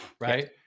right